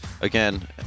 again